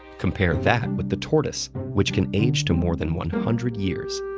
compare that with the tortoise, which can age to more than one hundred years.